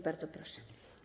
Bardzo proszę.